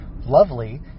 lovely